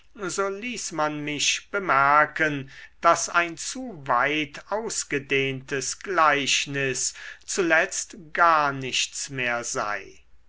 so ließ man mich bemerken daß ein zu weit ausgedehntes gleichnis zuletzt gar nichts mehr sei